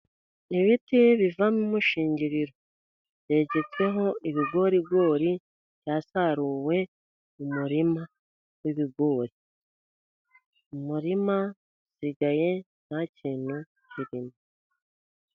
Ibiti bivamo imishingiriro yegetsweho ibigorigori byasaruwe mu murima w'ibigori, umurima usigaye nta kintu kirimo.